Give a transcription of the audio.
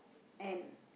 and